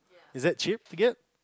is that cheap to get